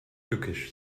tückisch